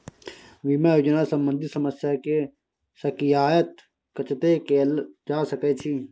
बीमा योजना सम्बंधित समस्या के शिकायत कत्ते कैल जा सकै छी?